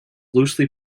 loosely